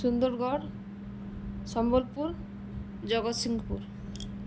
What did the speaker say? Sundargarh Sambalpur Jagatsinghpur